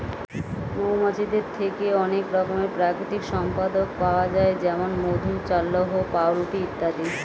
মৌমাছিদের থেকে অনেক রকমের প্রাকৃতিক সম্পদ পাওয়া যায় যেমন মধু, চাল্লাহ্ পাউরুটি ইত্যাদি